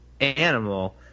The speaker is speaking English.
animal